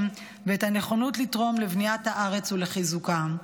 ואת הנכונות לתרום לבניית הארץ ולחיזוקה.